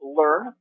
learn